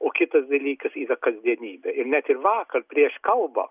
o kitas dalykas yra kasdienybė ir ne tik ir vakar prieš kalbą